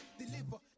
deliver